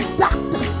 doctor